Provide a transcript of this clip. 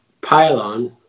pylon